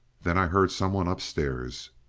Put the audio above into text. then i heard some one upstairs.